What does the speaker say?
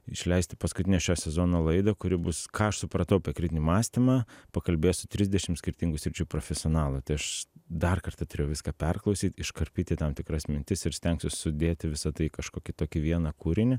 išleisti paskutinę šio sezono laidą kuri bus ką aš supratau apie kritinį mąstymą pakalbėjęs su trisdešim skirtingų sričių profesionalų tai aš dar kartą turėjau viską perklausyt iškarpyti tam tikras mintis ir stengsiuos sudėti visa tai į kažkokį tokį vieną kūrinį